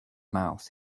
mouth